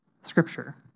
Scripture